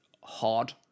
hard